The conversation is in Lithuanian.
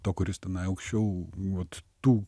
to kuris tenai aukščiau vat tų